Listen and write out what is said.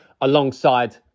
alongside